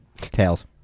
Tails